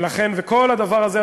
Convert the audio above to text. וכל הדבר הזה,